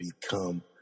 become